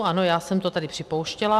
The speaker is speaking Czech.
Ano, já jsem to tady připouštěla.